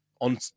on